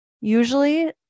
usually